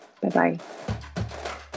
Bye-bye